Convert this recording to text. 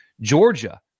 Georgia